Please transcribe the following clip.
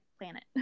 planet